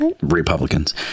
Republicans